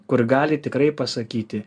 kur gali tikrai pasakyti